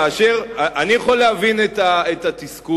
אני יכול להבין את התסכול